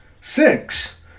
Six